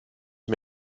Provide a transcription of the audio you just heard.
mir